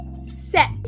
set